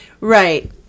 right